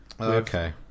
okay